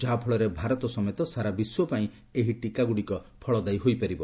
ଯାହାଫଳରେ ଭାରତ ସମେତ ସାରା ବିଶ୍ୱପାଇଁ ଏହି ଟିକାଗୁଡ଼ିକ ଫଳଦାୟୀ ହୋଇପାରିବ